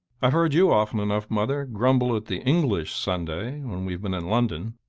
i've heard you often enough, mother, grumble at the english sunday when we've been in london.